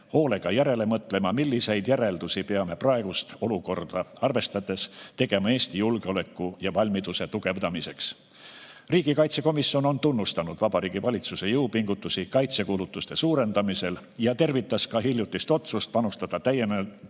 hoolega järele mõtlema, milliseid järeldusi peame praegust olukorda arvestades tegema Eesti julgeoleku ja valmiduse tugevdamiseks. Riigikaitsekomisjon on tunnustanud Vabariigi Valitsuse jõupingutusi kaitsekulutuste suurendamisel ja tervitas ka hiljutist otsust panustada täiendavalt